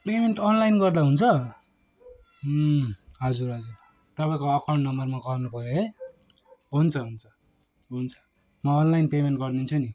payment online गर्दा हुन्छ हजुर हजुर तपाईँको अकाउन्ट नम्बरमा गर्नुपऱ्यो है हुन्छ हुन्छ हुन्छ म अनलाइन पेमेन्ट गरिदिन्छु नि